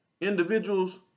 individuals